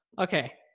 Okay